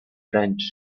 french